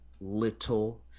little